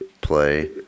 play